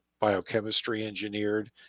biochemistry-engineered